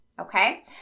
Okay